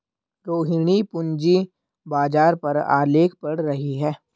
रोहिणी पूंजी बाजार पर आलेख पढ़ रही है